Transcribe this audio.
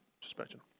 suspension